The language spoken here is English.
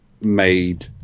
made